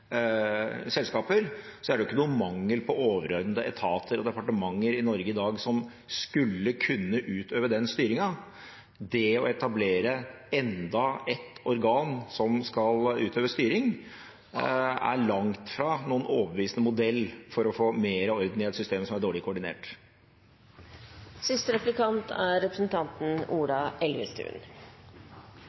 så vidt har helt rett i, er dårlig samordning og koordinasjon mellom selskaper, er det jo ikke noe mangel på overordnede etater og departementer i Norge i dag som skulle kunne utøve den styringen. Det å etablere enda et organ som skal utøve styring, er langt fra noen overbevisende modell for å få mer orden i et system som er dårlig